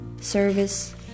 service